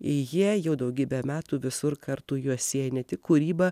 jie jau daugybę metų visur kartu juos sieja ne tik kūryba